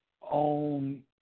on